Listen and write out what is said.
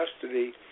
custody